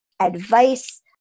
advice